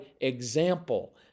example